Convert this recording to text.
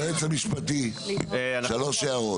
היועץ המשפטי שלוש הערות.